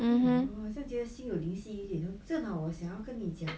mm